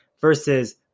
versus